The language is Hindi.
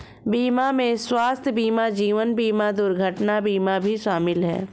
बीमा में स्वास्थय बीमा जीवन बिमा दुर्घटना बीमा भी शामिल है